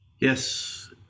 Yes